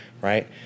Right